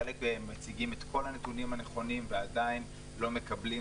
חלק מציגים את כל הנתונים הנכונים ועדיין לא מקבלים.